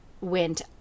went